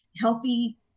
healthy